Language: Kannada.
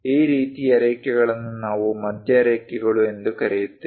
ಈ ರೀತಿಯ ರೇಖೆಗಳನ್ನು ನಾವು ಮಧ್ಯ ರೇಖೆಗಳು ಎಂದು ಕರೆಯುತ್ತೇವೆ